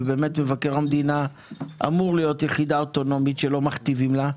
ובאמת מבקר המדינה אמור להיות יחידה אוטונומית שלא מכתיבים לה,